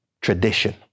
tradition